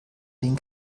den